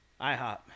IHOP